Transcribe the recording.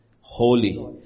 holy